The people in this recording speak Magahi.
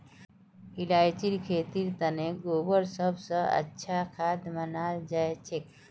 इलायचीर खेतीर तने गोबर सब स अच्छा खाद मनाल जाछेक